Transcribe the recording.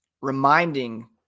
reminding